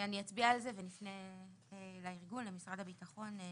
אני אצביע על זה, ונפנה לארגון, למשרד הביטחון.